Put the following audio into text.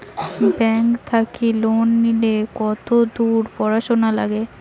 Bank থাকি loan নিলে কতদূর পড়াশুনা নাগে?